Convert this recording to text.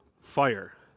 fire